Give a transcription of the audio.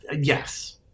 yes